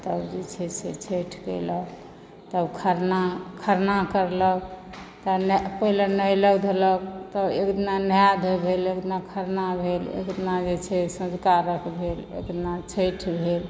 तब जे छै से छठि कैलक तब खरना खरना करलक तऽ पहिले नेहेलक धोलक तऽ एक दिना नहा धोइ भेल एक दिना खरना भेल एक दिना जे छै से साँझका अर्घ्य भेल आ एक दिना छठि भेल